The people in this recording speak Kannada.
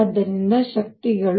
ಆದ್ದರಿಂದ ಶಕ್ತಿಗಳು